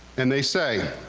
and they say,